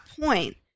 point